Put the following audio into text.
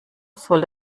soll